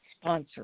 sponsor